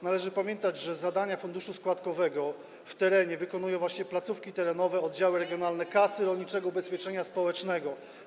Należy pamiętać, że zadania funduszu składkowego w terenie wykonują placówki terenowe, oddziały regionalne Kasy Rolniczego Ubezpieczenia Społecznego.